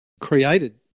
created